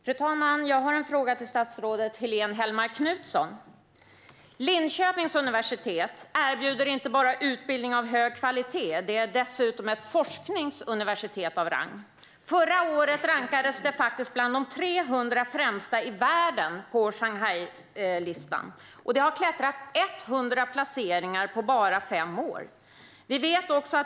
Fru talman! Jag har en fråga till statsrådet Helene Hellmark Knutsson. Linköpings universitet erbjuder inte bara utbildning av hög kvalitet. Det är dessutom ett forskningsuniversitet av rang. Förra året rankades det faktiskt bland de 300 främsta i världen på Shanghailistan, och det har klättrat 100 placeringar på bara fem år.